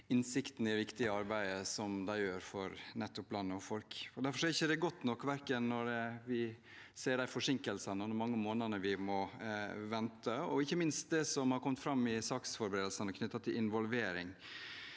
innsikten i det viktige arbeidet de gjør for nettopp land og folk. Derfor er det ikke godt nok, verken de forsinkelsene og de mange månedene vi må vente, eller – ikke minst – det som har kommet fram i saksforberedelsene knyttet til involvering.